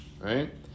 Right